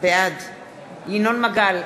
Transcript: בעד ינון מגל,